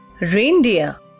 Reindeer